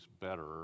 better